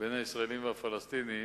בין הישראלים לפלסטינים,